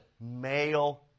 male